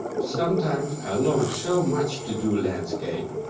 sometimes i long so much to do landscape,